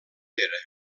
era